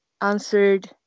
answered